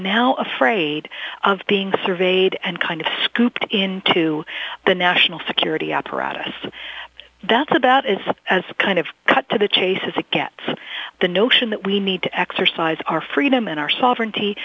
now afraid of being surveyed and kind of scooped into the national security apparatus that's about as far as a kind of cut to the chase as it gets the notion that we need to exercise our freedom and our sovereignty